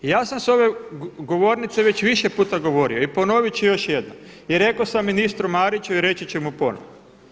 I ja sam sa ove govornice već više puta govorio i ponoviti ću još jednom i rekao sam ministru Mariću i reći ću mu ponovno.